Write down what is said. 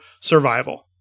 survival